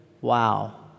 wow